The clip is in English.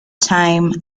time